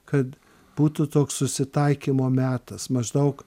kad būtų toks susitaikymo metas maždaug